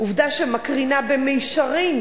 עובדה שמקרינה במישרין